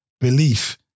belief